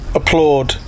applaud